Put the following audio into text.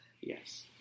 Yes